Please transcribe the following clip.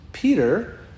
Peter